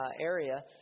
area